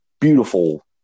beautiful